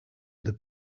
other